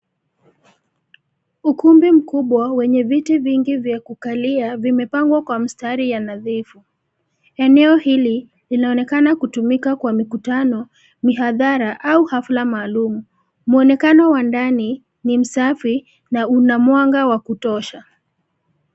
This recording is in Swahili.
Ukumbi mkubwa wenye viti vingi vya kukalia vimepangwa kwa mstari ya nadhifu, eneo hili, linaonekana kutumika kwa mikutano, mihadhara au hafla maalum, mwonekano wa ndani, ni msafi, na una mwanga wa kutosha.